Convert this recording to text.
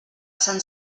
sant